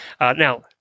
now